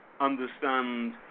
understand